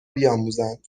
بیاموزند